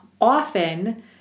often